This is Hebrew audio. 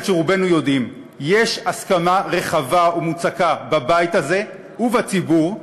שרובנו יודעים: יש הסכמה רחבה ומוצקה בבית הזה ובציבור על